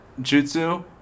jutsu